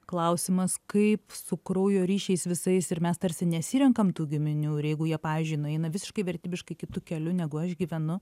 klausimas kaip su kraujo ryšiais visais ir mes tarsi nesirenkam tų giminių ir jeigu jie pavyzdžiui nueina visiškai vertybiškai kitu keliu negu aš gyvenu